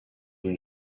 une